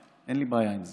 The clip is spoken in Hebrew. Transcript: אחלה, אין לי בעיה עם זה.